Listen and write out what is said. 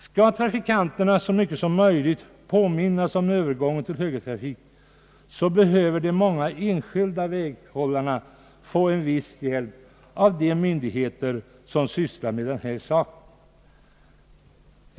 Skall trafikanterna så mycket som möjligt påminnas om övergången till högertrafik, så behöver de många enskilda väghållarna få en viss hjälp av de myndigheter som sysslar med denna sak.